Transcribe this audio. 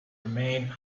remained